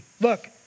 Look